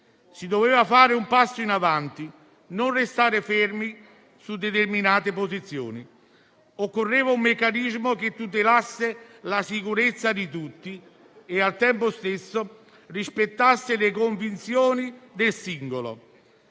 Si doveva fare un passo in avanti, non restare fermi su determinate posizioni. Occorreva un meccanismo che tutelasse la sicurezza di tutti e, al tempo stesso, rispettasse le convinzioni del singolo,